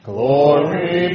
Glory